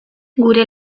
gure